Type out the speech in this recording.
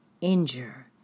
injure